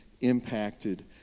impacted